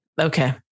Okay